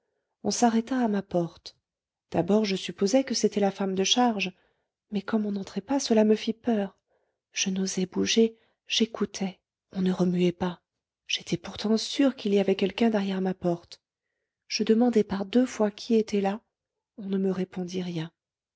on s'arrêta à ma porte d'abord je supposai que c'était la femme de charge mais comme on n'entrait pas cela me fit peur je n'osais bouger j'écoutais on ne remuait pas j'étais pourtant sûre qu'il y avait quelqu'un derrière ma porte je demandai par deux fois qui était là on ne me répondit rien